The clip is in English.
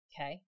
Okay